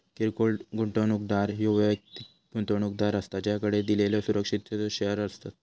किरकोळ गुंतवणूकदार ह्यो वैयक्तिक गुंतवणूकदार असता ज्याकडे दिलेल्यो सुरक्षिततेचो शेअर्स असतत